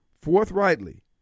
forthrightly